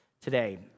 today